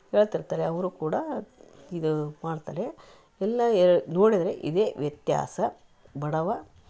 ಹೇಳ್ತಿರ್ತಾರೆ ಅವರು ಕೂಡ ಇದು ಮಾಡ್ತಾರೆ ಎಲ್ಲಾ ನೋಡಿದರೆ ಇದೇ ವ್ಯತ್ಯಾಸ ಬಡವ